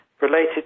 related